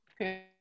Okay